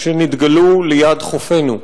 ליד חופינו.